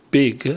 big